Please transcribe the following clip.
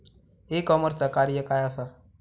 E कॉमर्सचा कार्य काय असा?